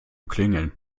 klingeln